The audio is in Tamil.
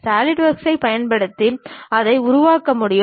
சாலிட்வொர்க்ஸைப் பயன்படுத்தி அதை உருவாக்க முடியும்